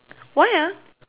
why ah